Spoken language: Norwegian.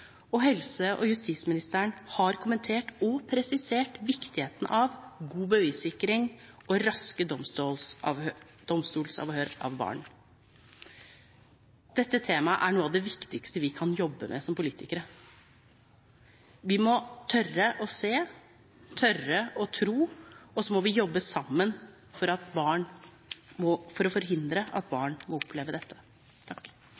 og helseministeren og justisministeren har kommentert – og presisert – viktigheten av god bevissikring og raske domstolsavhør av barn. Dette temaet er noe av det viktigste vi kan jobbe med som politikere. Vi må tørre å se, tørre å tro, og så må vi jobbe sammen for å forhindre at barn må oppleve dette. Først vil eg takka interpellanten Bekkevold for å